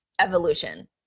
evolution